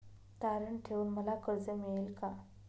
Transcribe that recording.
तारण ठेवून मला कर्ज मिळेल का?